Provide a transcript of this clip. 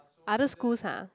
other schools ah